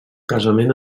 casament